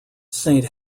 saint